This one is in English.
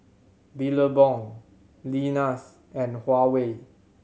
Billabong Lenas and Huawei